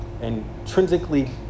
intrinsically